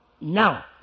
Now –